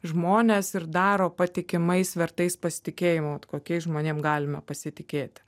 žmonės ir daro patikimais vertais pasitikėjimo kokiais žmonėm galima pasitikėti